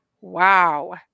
wow